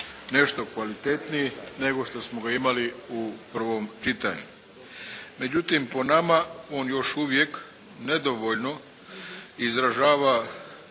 nešto kvalitetniji nego što smo ga imali u prvom čitanju. Međutim, po nama on još uvijek nedovoljno izražava